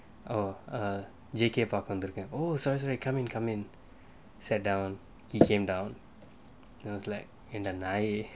oh err J_K பார்க்க வந்துர்கேன்:paarka vanthurkaen oh sorry sorry come in come in sit down he came down and it was like in the night